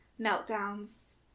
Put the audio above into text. meltdowns